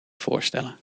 voorstellen